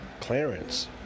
Clarence